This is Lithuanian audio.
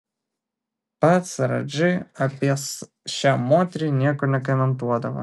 pats radži apie šią moterį nieko nekomentuodavo